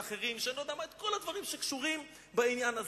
ואחרים שיעשו את כל הדברים שקשורים בעניין הזה,